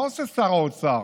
מה עושה שר האוצר?